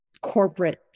corporate